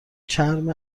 چرم